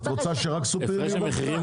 את רוצה שיהיו רק סופרים במדינה?